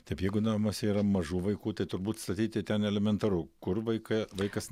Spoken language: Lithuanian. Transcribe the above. taip jeigu namuose yra mažų vaikų tai turbūt statyti ten elementaru kur vaik vaikas